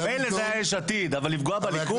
מילא זה היה יש עתיד, אבל לפגוע בליכוד?